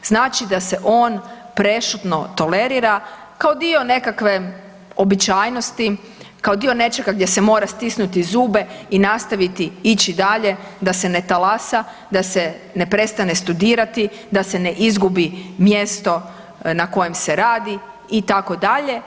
Znači da se on prešutno tolerira kao dio nekakve obećajnosti, kao dio nečega gdje se mora stisnuti zube i nastaviti ići dalje, da se ne talasa, da se ne prestane studirati, da ne izgubi mjesto na kojem se radi itd.